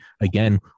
again